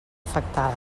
afectada